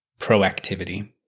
Proactivity